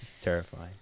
terrifying